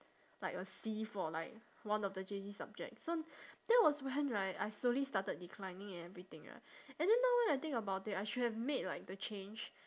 like a C for like one of the J_C subjects so that was when right I slowly started declining and everything ah and then now when I think about it I should have made like the change